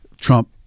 trump